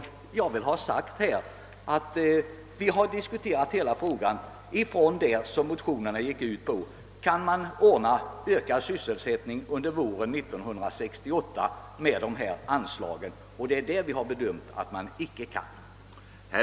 Vi har diskuterat hela frågan med utgångspunkt från motionerna där frågeställningen var om man kunde åstadkomma ökad sysselsättning under våren 1968 med sådana här an slag. Vi har bedömt det så att man icke kan det.